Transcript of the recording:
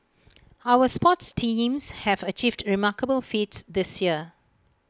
our sports teams have achieved remarkable feats this year